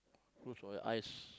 close your eyes